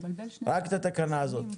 רק את התקנה הזאת.